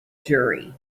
jury